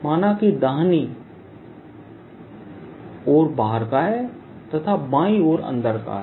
माना कि दाहिनी ओर बाहर का है तथा बाएं ओर अंदर का है